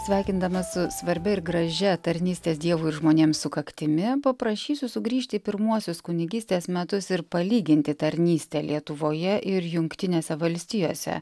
sveikindama su svarbia ir gražia tarnystės dievui ir žmonėms sukaktimi paprašysiu sugrįžti į pirmuosius kunigystės metus ir palyginti tarnystę lietuvoje ir jungtinėse valstijose